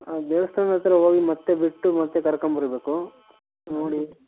ಹಾಂ ದೇವಸ್ಥಾನದ್ದು ಹತ್ರ ಹೋಗಿ ಮತ್ತೆ ಬಿಟ್ಟು ಮತ್ತೆ ಕರ್ಕಂಬರಬೇಕು ನೋಡಿ